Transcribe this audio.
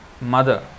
mother